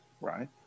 Right